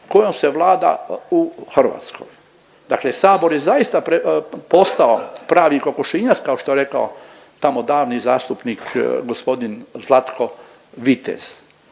kojom se vlada u Hrvatskoj. Dakle, sabor je zaista postao pravi kokošinjac kao što je rekao tamo davni zastupnik gospodin Zlatko Vitez.